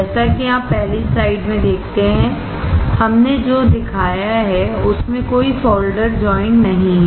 जैसा कि आप पहली स्लाइड में देखते हैं हमने जो दिखाया है उसमें कोई सोल्डरज्वाइंट नहीं है